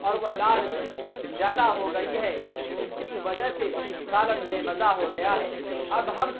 اور وہ لال مرچ زیادہ ہو گئی ہے جس کی وجہ سے سالن بے مزہ ہو گیا ہے اب ہم